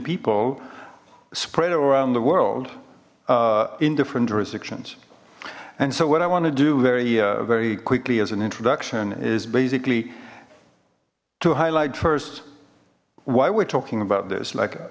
people spread around the world in different jurisdictions and so what i want to do very very quickly as an introduction is basically to highlight first why we're talking about this like